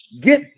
Get